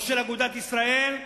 או של אגודת ישראל,